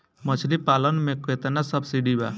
मछली पालन मे केतना सबसिडी बा?